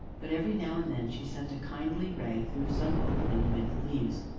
but, every now and then, she sent a kindly ray through some opening amid the leaves,